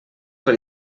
per